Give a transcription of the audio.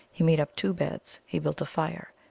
he made up two beds he built a fire.